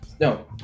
no